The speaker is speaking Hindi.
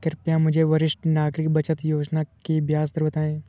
कृपया मुझे वरिष्ठ नागरिक बचत योजना की ब्याज दर बताएं